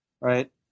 right